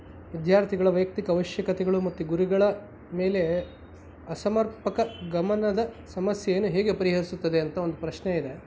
ವಿದ್ಯಾರ್ಥಿಗಳ ವೈಯಕ್ತಿಕ ಅವಶ್ಯಕತೆಗಳು ಮತ್ತು ಗುರಿಗಳ ಮೇಲೆ ಅಸಮರ್ಪಕ ಗಮನದ ಸಮಸ್ಯೆಯನ್ನು ಹೇಗೆ ಪರಿಹರಿಸುತ್ತದೆ ಅಂತ ಒಂದು ಪ್ರಶ್ನೆ ಇದೆ